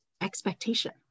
expectation